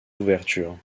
ouvertures